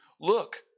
Look